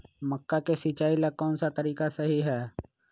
मक्का के सिचाई ला कौन सा तरीका सही है?